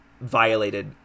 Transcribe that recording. violated